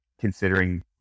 considering